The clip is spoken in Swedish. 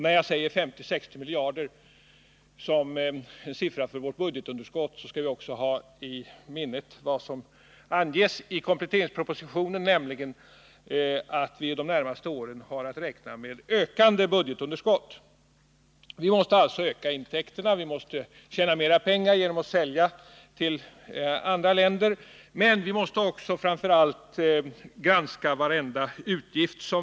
När jag säger att budgetunderskottet är 50-60 miljarder skall vi också ha i minnet vad som anges i kompletteringspropositionen, nämligen att vi de närmaste åren har att räkna med ökande budgetunderskott. Vi måste alltså öka intäkterna, dvs. vi måste tjäna mera pengar genom att sälja till andra länder. Men vi måste framför allt granska varenda utgift.